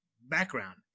background